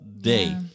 day